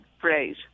phrase